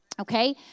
okay